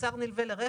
מוצר נלווה לרכב,